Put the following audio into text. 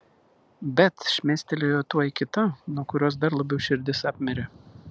bet šmėstelėjo tuoj kita nuo kurios dar labiau širdis apmirė